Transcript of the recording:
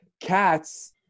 cats